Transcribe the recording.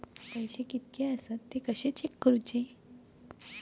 पैसे कीतके आसत ते कशे चेक करूचे?